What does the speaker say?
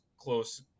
close